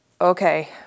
okay